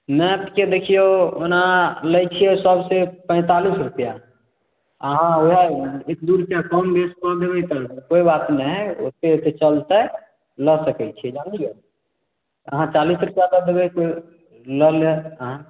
मैथके देखिऔ ओना लै छियै सबसे पैंतालिस रुपैआ अहाँ लए एक दू रुपैआ कम देबै तऽ कोइ बात नहि ओत्ते तऽ चलतै लऽ सकै छियै जानलियै आहाँ चालिसे रुपआ दऽ देबै तऽ लऽ लेब अहाँ